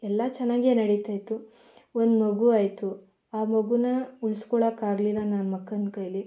ಎಲ್ಲ ಚೆನ್ನಾಗೆ ನಡಿತಾಯಿತ್ತು ಒಂದು ಮಗು ಆಯಿತು ಆ ಮಗುನ ಉಳ್ಸ್ಕೊಳ್ಳೋಕ್ಕೆ ಆಗಲಿಲ್ಲ ನಮ್ಮಕ್ಕನ ಕೈಲಿ